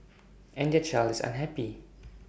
and their child is unhappy